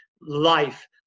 life